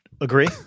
Agree